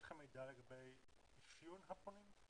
יש לך מידע לגבי אפיון הפונים?